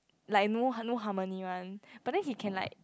like no har~ no harmony one but then he can like